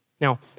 Now